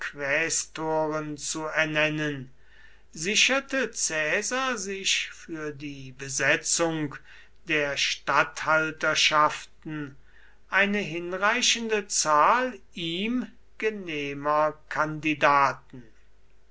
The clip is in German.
titularquästoren zu ernennen sicherte caesar sich für die besetzung der statthalterschaften eine hinreichende zahl ihm genehmer kandidaten